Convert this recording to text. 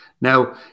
Now